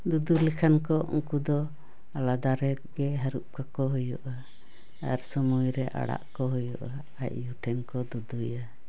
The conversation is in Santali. ᱫᱩᱫᱩ ᱞᱮᱠᱷᱟᱱ ᱠᱚ ᱩᱱᱠᱩ ᱫᱚ ᱟᱞᱟᱫᱟ ᱨᱮᱜᱮ ᱦᱟᱹᱨᱩᱵ ᱠᱟᱠᱚ ᱦᱩᱭᱩᱜᱼᱟ ᱟᱨ ᱥᱳᱢᱳᱭ ᱨᱮ ᱟᱲᱟᱜ ᱠᱚ ᱦᱩᱭᱩᱜᱼᱟ ᱟᱡ ᱟᱭᱩ ᱴᱷᱮᱱ ᱠᱚ ᱫᱩᱫᱩᱭᱟ